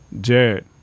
Jared